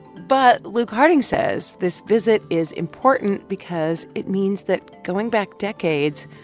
but luke harding says this visit is important because it means that going back decades,